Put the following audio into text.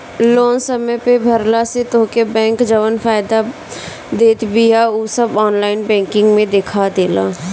loan समय पअ भरला से तोहके बैंक जवन फायदा देत बिया उ सब ऑनलाइन बैंकिंग में देखा देला